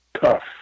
Tough